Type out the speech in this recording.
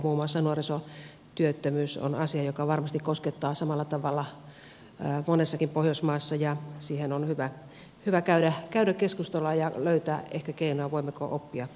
muun muassa nuorisotyöttömyys on asia joka varmasti koskettaa samalla tavalla monessakin pohjoismaassa ja siihen on hyvä ehkä löytää keinoja ja käydä keskustelua siitä voimmeko oppia jotakin toisiltamme